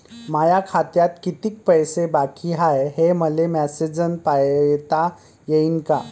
माया खात्यात कितीक पैसे बाकी हाय, हे मले मॅसेजन पायता येईन का?